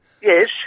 Yes